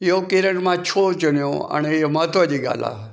इहो करियर मां छो चुनियो हाणे हीअं महत्व जी ॻाल्हि आहे